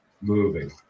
Moving